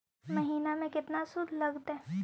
महिना में केतना शुद्ध लगतै?